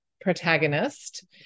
protagonist